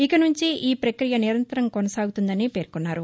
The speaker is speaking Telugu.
ఇక నుంచి ఈ ప్రక్రియ నిరంతరం కొనసాగుతుందని పేర్కొన్నారు